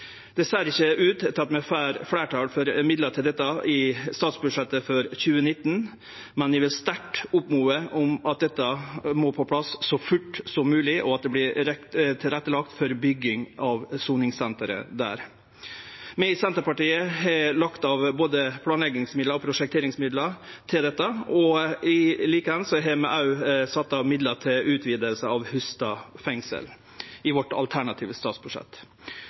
Det ser ikkje ut til at vi får fleirtal for midlar til dette i statsbudsjettet for 2019, men eg vil sterkt oppmode om at dette kjem på plass så fort som mogleg, og at det vert lagt til rette for bygging av soningssenteret der. Vi i Senterpartiet har sett av både planleggingsmidlar og prosjekteringsmidlar til dette. Likeeins har vi sett av midlar til utviding av Hustad fengsel i vårt alternative statsbudsjett.